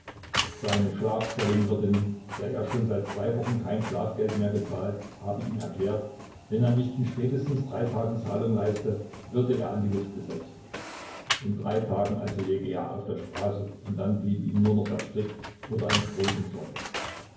seine schlafstellenwirtin der er schon seit zwei wochen kein schlafgeld mehr gezahlt habe ihm erklärt wenn er nicht in spätestens drei tagen zahlung leiste würde er an die luft gesetzt in drei tagen also läge er auf der straße und dann bliebe ihm nur noch der strick oder ein sprung ins wasser